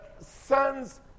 son's